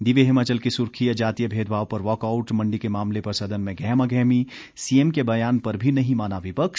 दिव्य हिमाचल की सुर्खी है जातीय भेदभाव पर वॉकआउट मंडी के मामले पर सदन में गहमागहमी सीएम के बयान पर भी नहीं माना विपक्ष